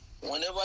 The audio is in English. whenever